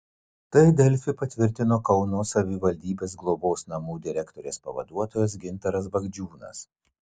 tai delfi patvirtino kauno savivaldybės globos namų direktorės pavaduotojas gintaras bagdžiūnas